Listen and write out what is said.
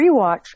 rewatch